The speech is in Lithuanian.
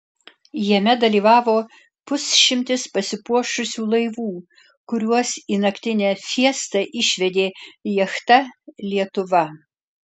jame dalyvavo pusšimtis pasipuošusių laivų kuriuos į naktinę fiestą išvedė jachta lietuva